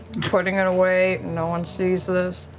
putting it away, no one sees this.